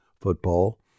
football